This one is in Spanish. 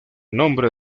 nombre